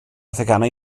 theganau